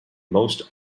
most